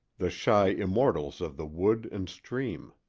the shy immortals of the wood and stream.